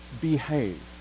behave